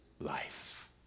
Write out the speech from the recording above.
life